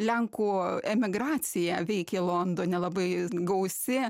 lenkų emigracija veikė londone labai gausi